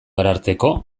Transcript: ararteko